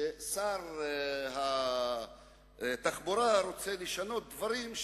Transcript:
ששר התחבורה רוצה לשנות דברים,